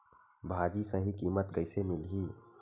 भाजी सही कीमत कइसे मिलही?